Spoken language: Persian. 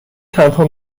تنها